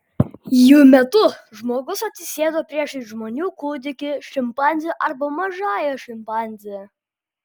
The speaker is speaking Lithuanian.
jų metu žmogus atsisėdo priešais žmonių kūdikį šimpanzę arba mažąją šimpanzę